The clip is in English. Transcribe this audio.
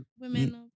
women